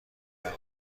کرده